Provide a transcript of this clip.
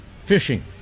Fishing